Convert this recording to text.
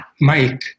Mike